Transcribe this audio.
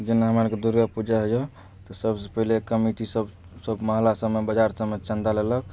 जेना हमरा सबके दुर्गापूजा होइ यऽ तऽ सबसँ पहिले कमिटी सब सब मोहल्ला सबमे बाजार सबमे चन्दा लेलक